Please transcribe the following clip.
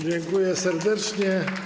Dziękuję serdecznie.